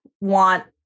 want